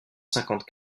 cinquante